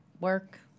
work